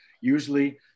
usually